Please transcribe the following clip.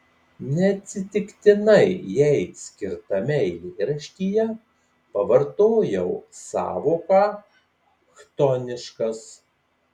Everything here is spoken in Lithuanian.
neatsitiktinai jai skirtame eilėraštyje pavartojau sąvoką chtoniškas